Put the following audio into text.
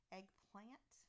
Eggplant